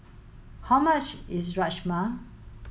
how much is Rajma